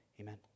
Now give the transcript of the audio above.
Amen